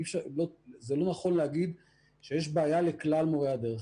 אני לא יכול להגיד שיש בעיה לכלל מורי הדרך.